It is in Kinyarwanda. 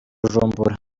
bujumbura